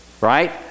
right